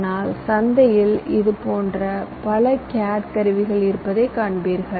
ஆனால் சந்தையில் இதுபோன்ற பல கேட் கருவிகள் இருப்பதைக் காண்பீர்கள்